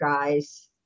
guys